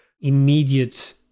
immediate